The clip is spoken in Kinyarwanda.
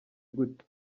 gute